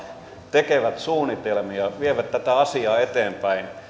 tekevät suunnitelmia vievät tätä asiaa eteenpäin